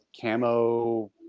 camo